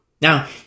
Now